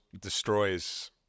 destroys